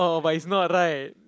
but it's not right